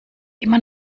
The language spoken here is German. immer